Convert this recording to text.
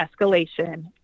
escalation